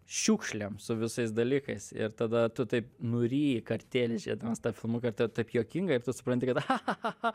šiukšlėm su visais dalykais ir tada tu taip nuryji kartėlį žėdamas tą filmuką ir ta taip juokinga ir tu supranti kad cha cha cha cha